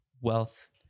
wealth